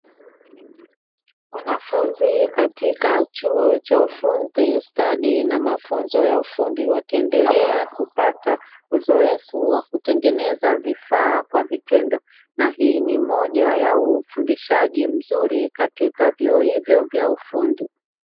Wanafunzi katika chuo cha ufundi stadi na mafunzo ya ufundi, wakiendelea kupata uzoefu wa kutengeneza vifaa kwa vitendo na hii ni moja ya ufundishaji mzuri katika vyuo hivyo vya ufundi.